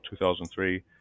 2003